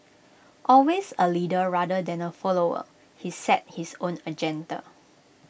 always A leader rather than A follower he set his own agenda